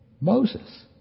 Moses